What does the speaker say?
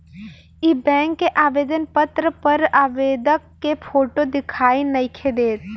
इ बैक के आवेदन पत्र पर आवेदक के फोटो दिखाई नइखे देत